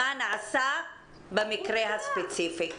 מה נעשה במקרה הספציפי.